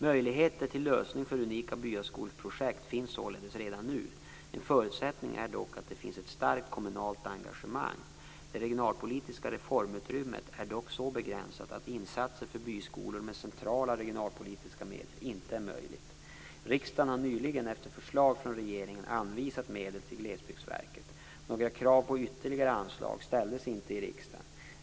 Möjligheter till lösningar för unika byskoleprojekt finns således redan nu. En förutsättning är dock att det finns ett starkt kommunalt engagemang. Det regionalpolitiska reformutrymmet är dock så begränsat att insatser för byskolor med centrala regionalpolitiska medel inte är möjlig. Riksdagen har nyligen efter förslag från regeringen anvisat medel till Glesbygdsverket. Några krav på ytterligare anslag ställdes inte i riksdagen.